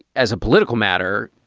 as a political matter,